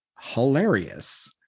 hilarious